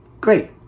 great